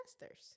master's